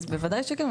שכן, אז בוודאי שכן.